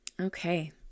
Okay